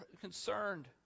concerned